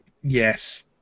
Yes